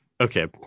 okay